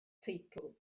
teitl